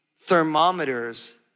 thermometers